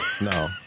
no